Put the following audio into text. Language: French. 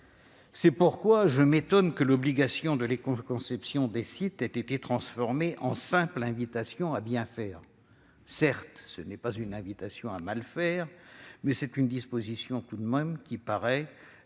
C'est pourquoi je m'étonne que l'obligation de l'écoconception des sites ait été transformée en une simple invitation à bien faire. Certes, ce n'est pas non plus une invitation à mal faire, mais cette disposition paraît